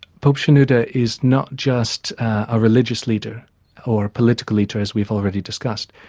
pope shenouda is not just a religious leader or a political leader as we've already discussed.